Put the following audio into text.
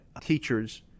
teachers